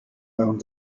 euren